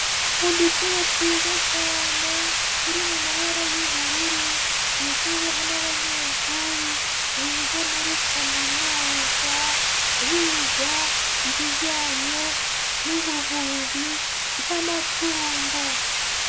Udutebe twiza cyane turi mu mabara y'ubururu twicarwaho n'abanyeshuri biga muri kaminuza, biga ibijyanye n'ubuvuzi bw'amatungo.